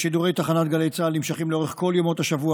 שידורי תחנת גלי צה"ל נמשכים לאורך כל ימות השבוע,